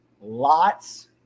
lots